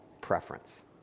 preference